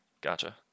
Gotcha